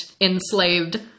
enslaved